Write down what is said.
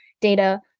data